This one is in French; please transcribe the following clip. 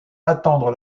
attendre